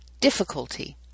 Difficulty